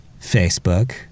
Facebook